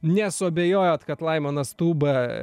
nesuabejojot kad laimonas tūbą